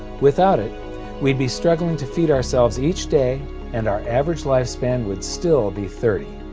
without it we be struggling to feed ourselves each day and our average life span would still be thirty.